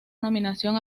nominación